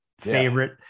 favorite